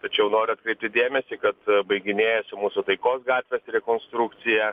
tačiau noriu atkreipti dėmesį kad baiginėjasi mūsų taikos gatvės rekonstrukcija